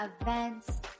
events